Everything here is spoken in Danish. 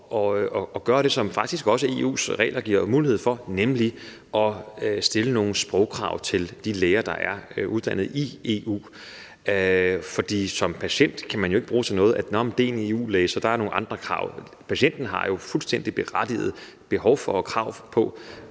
at gøre det, som EU's regler faktisk også giver mulighed for, nemlig at stille nogle sprogkrav til de læger, der er uddannet i EU. For som patient kan man jo ikke bruge det til noget, at det er en EU-læge, og så der er nogle andre krav. Patienten har jo fuldstændig berettiget behov for og krav på,